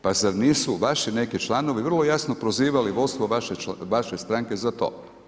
Pa zar nisu vaši neki članovi vrlo jasno prozivali vodstvo vaše stranke za to?